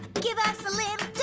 give us a little